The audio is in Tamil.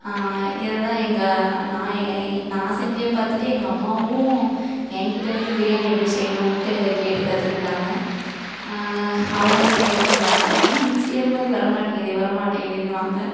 இதை தான் எங்கள் நான் நான் செஞ்சதை பார்த்துட்டு எங்கள் அம்மாவும் என்கிட்டருந்து பிரியாணி எப்படி செய்யணுன்ட்டு கேட்டு கற்றுக்கிட்டாங்க அவங்களும் ட்ரை பண்ணுவாங்க ஆனால் நீ செய்கிற மாதிரி வர மாட்டிங்கிதே வர மாட்டிங்கிதேன்னுவாங்க